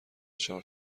چهار